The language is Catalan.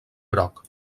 groc